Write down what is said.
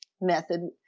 method